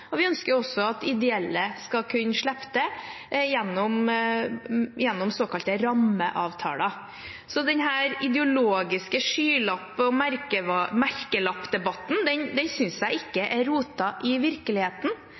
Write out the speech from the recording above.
Vi ønsker også at ideelle skal kunne slippe til gjennom såkalte rammeavtaler. Så denne ideologiske skylapp- og merkelappdebatten synes jeg ikke har rot i virkeligheten.